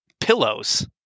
pillows